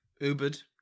Ubered